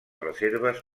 reserves